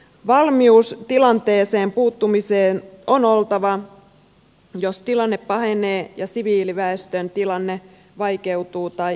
valmius tilanteeseen puuttumiseen on oltava jos tilanne pahenee ja siviiliväestön tilanne vaikeutuu tai heikkenee